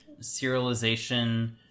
serialization